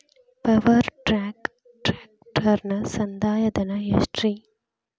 Power track ಟ್ರ್ಯಾಕ್ಟರನ ಸಂದಾಯ ಧನ ಎಷ್ಟ್ ರಿ?